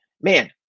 Man